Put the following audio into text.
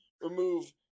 remove